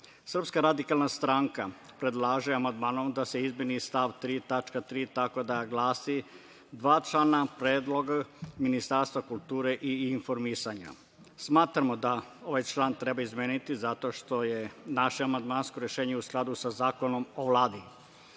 radikalna stranka predlaže amandmanom da se izmeni stav 3. tačka 3) tako da glasi: „dva člana – na predlog Ministarstva kulture i informisanja“. Smatramo da ovaj član treba izmeniti zato što je naše amandmansko rešenje u skladu sa Zakonom o